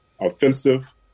offensive